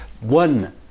one